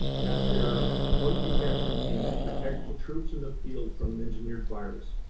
at their point detection team for protecting the troops in the field from an engineered virus.